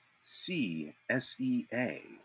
C-S-E-A